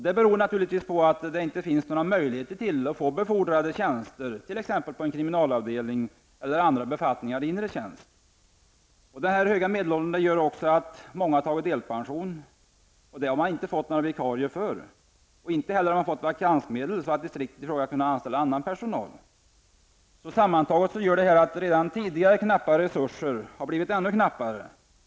Det beror naturligtvis på att det inte finns några möjligheter för dem att bli befordrade till högre tjänster, t.ex. på en kriminalavdelning, eller att få andra befattningar i inre tjänst. Den höga medelåldern gör också att många har tagit delpension, vilket man inte har fått några vikarier för. Inte heller har man fått vakansmedel så att distriktet i fråga har kunnat anställa annan personal. Sammantaget gör detta att redan tidigare knappa resurser har blivit ännu knappare.